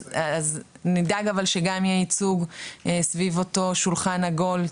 אז נדאג אבל שגם יהיה ייצוג סביב אותו שולחן עגול,